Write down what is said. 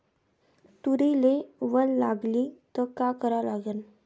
तुरीले वल लागली त का करा लागन?